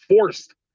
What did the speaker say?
forced